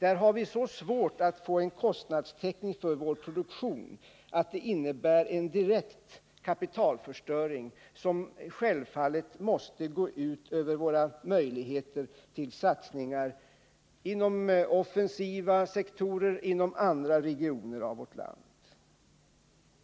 Där är det så svårt att få kostnadstäckning för produktionen att det innebär en direkt kapitalförstöring, som självfallet måste gå ut över våra möjligheter till satsningar inom offensiva sektorer, inom andra regioner i vårt land.